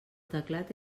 teclat